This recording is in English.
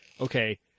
Okay